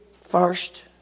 first